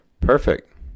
Perfect